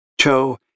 Cho